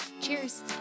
Cheers